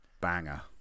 banger